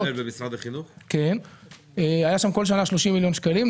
היו שם בכל שנה 30 מיליון שקלים.